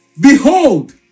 Behold